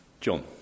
John